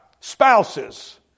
spouses